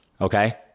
okay